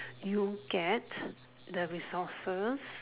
you get the resources